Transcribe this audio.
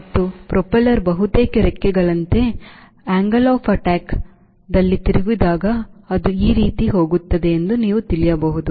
ಮತ್ತು ಪ್ರೊಪೆಲ್ಲರ್ ಬಹುತೇಕ ರೆಕ್ಕೆಗಳಂತೆ ದಾಳಿಯ ಕೋನದಲ್ಲಿ ತಿರುಗಿದಾಗ ಅದು ಈ ರೀತಿ ಹೋಗುತ್ತದೆ ಎಂದು ನೀವು ತಿಳಿಯಬಹುದು